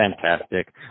Fantastic